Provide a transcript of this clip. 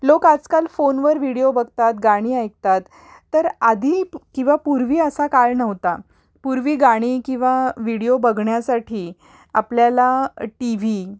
लोक आजकाल फोनवर व्हिडिओ बघतात गाणी ऐकतात तर आधी किंवा पूर्वी असा काळ नव्हता पूर्वी गाणी किंवा व्हिडिओ बघण्यासाठी आपल्याला टी व्ही